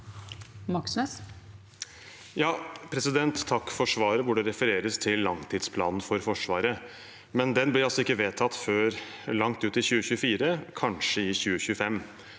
Takk for svaret, hvor det refereres til langtidsplanen for Forsvaret, men den blir altså ikke vedtatt før langt ut i 2024, kanskje i 2025.